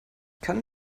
kann